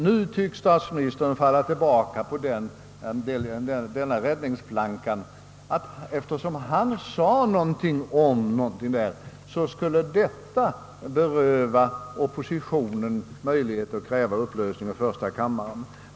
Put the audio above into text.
Nu tycks statsministern emellertid falla tillbaka på den räddningsplankan att eftersom han själv sagt någonting i sammanhanget, skulle detta beröva oppositionen möjligheten att kräva en upplösning av första kammaren.